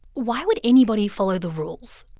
why would anybody follow the rules?